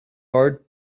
heart